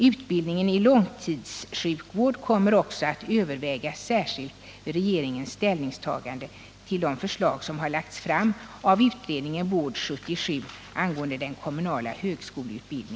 Utbildning i långtidssjukvård kommer också att särskilt övervägas vid regeringens ställningstagande till de förslag angående högskoleutbildningen som har lagts fram av utredningen Vård 77.